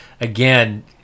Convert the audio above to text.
again